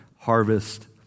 harvest